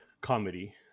comedy